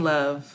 Love